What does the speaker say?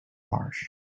marsh